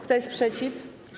Kto jest przeciw?